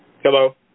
Hello